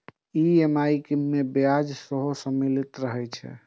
EMI मे ब्याज सेहो सम्मिलित रहै छै